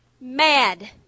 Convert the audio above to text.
mad